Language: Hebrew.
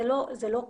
זה לא קל,